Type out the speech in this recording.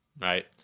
right